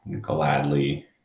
gladly